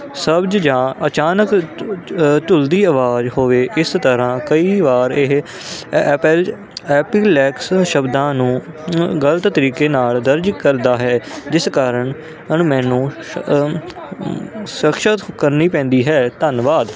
ਸਬਜ਼ ਜਾਂ ਅਚਾਨਕ ਧੁਲ ਦੀ ਆਵਾਜ਼ ਹੋਵੇ ਇਸ ਤਰ੍ਹਾਂ ਕਈ ਵਾਰ ਇਹ ਅ ਅਪੈਲਡ ਐਪੀਲੈਕਸ ਸ਼ਬਦਾਂ ਨੂੰ ਗਲਤ ਤਰੀਕੇ ਨਾਲ ਦਰਜ ਕਰਦਾ ਹੈ ਜਿਸ ਕਾਰਨ ਹੁਣ ਮੈਨੂੰ ਸਕਸ਼ਤ ਕਰਨੀ ਪੈਂਦੀ ਹੈ ਧੰਨਵਾਦ